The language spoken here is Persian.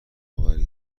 آوری